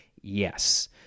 Yes